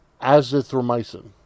azithromycin